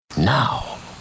Now